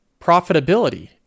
profitability